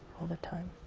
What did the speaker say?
all the time.